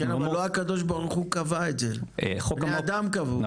אבל לא הקב"ה קבע את זה, בני אדם קבעו את זה.